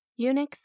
Unix